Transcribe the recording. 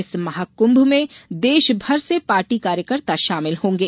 इस महाकृभ में प्रदेशभर से पार्टी कार्यकर्ता शामिल होंगे